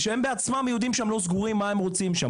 שהם בעצם יהודים שלא סגורים מה הם רוצים שם.